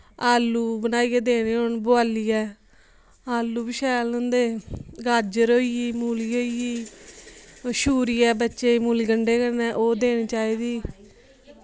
आलू बनाईऐ देने होन बोआलिऐ आलू वी शैल होंदे गाजर होईयी मूली होईयी छुरियै बच्चे मूलिगंडे कन्नै ओह् देनी चाहिदी